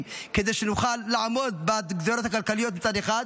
כדי שנוכל לעמוד בגזרות הכלכליות מצד אחד,